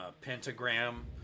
pentagram